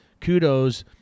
kudos